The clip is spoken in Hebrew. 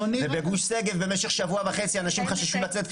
ובגוש שגב, במשך שבוע וחצי אנשים חששו לצאת.